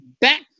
back